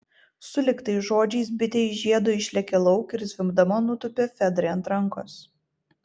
sulig tais žodžiais bitė iš žiedo išlėkė lauk ir zvimbdama nutūpė fedrai ant rankos